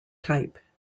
type